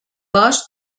bosc